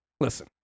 Listen